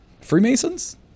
Freemasons